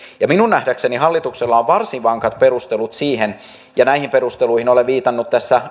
minun nähdäkseni hallituksella on varsin vankat perustelut siihen ja näihin perusteluihin olen viitannut